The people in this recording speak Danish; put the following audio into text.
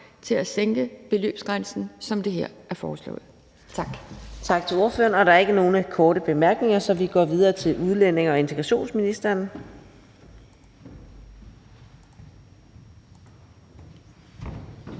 til at sænke beløbsgrænsen, som der her er foreslået. Tak.